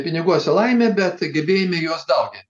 piniguose laimė bet gebėjime juos daugint